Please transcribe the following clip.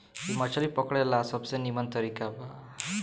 इ मछली पकड़े ला सबसे निमन तरीका बा